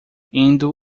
indo